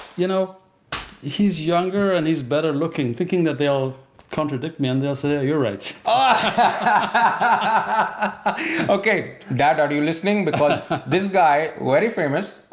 you know he's younger and he's better looking, thinking that they'll contradict me, and they'll say, you're right. ah okay, dad, are you listening because this guy, very famous,